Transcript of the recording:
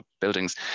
buildings